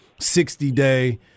60-day